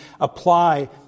apply